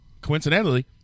coincidentally